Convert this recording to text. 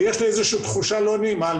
יש לי איזושהי תחושה לא נעימה,